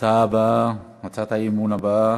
ההצעה הבאה, הצעת האי-אמון הבאה,